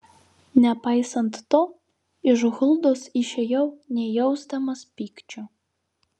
nepaisant to iš huldos išėjau nejausdamas pykčio